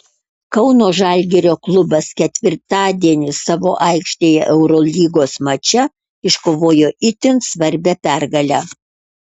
kauno žalgirio klubas ketvirtadienį savo aikštėje eurolygos mače iškovojo itin svarbią pergalę